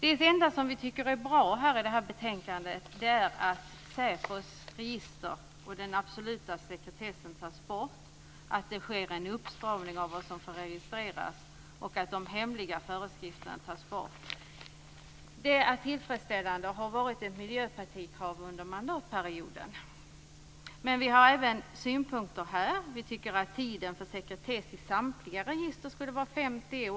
Det enda som vi tycker är bra när det gäller detta betänkande är det som sägs om att säpos register och den absoluta sekretessen tas bort, att det sker en uppstramning av vad som får registreras och att de hemliga föreskrifterna tas bort. Detta är tillfredsställande. Det här har ju varit ett miljöpartikrav under denna mandatperiod. Vi har dock synpunkter även här. Vi tycker nämligen att tiden för sekretess i fråga om samtliga register skulle vara 50 år.